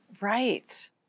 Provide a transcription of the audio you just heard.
Right